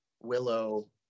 Willow